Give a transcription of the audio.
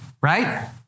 Right